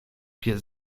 pies